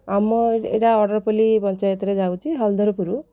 ଆମ ଏଇଟା ଆଡ଼ର ପଲ୍ଲୀ ପଞ୍ଚାୟତରେ ଯାଉଛି ହଳଧରପୁର